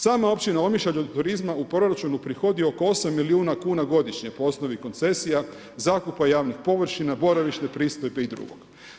Sama općina Omišalj od turizma u proračun uprihodi oko 8 milijuna kuna godišnje po osnovi koncesija, zakupa javnih površina, boravišne pristojbe i drugog.